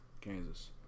Kansas